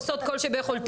עושות כל שביכולתן.